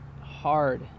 hard